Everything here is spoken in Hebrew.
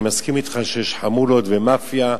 אני מסכים אתך שיש חמולות ומאפיה,